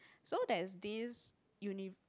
so there's this uni